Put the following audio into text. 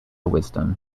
wisdom